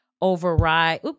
override